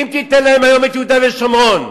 ואם תיתן להם את יהודה ושומרון,